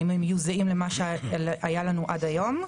האם הם יהיו זהים למה שהיה לנו עד היום?